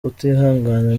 utihangana